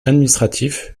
administratif